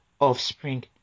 offspring